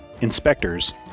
Inspectors